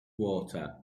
water